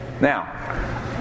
Now